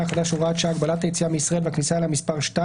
החדש (הוראת שעה) (חובת ביצוע בדיקה בכניסה לישראל),